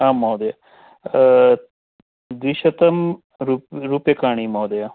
आम् महोदयः द्विशतं रूप्यकाणि महोदयः